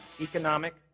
economic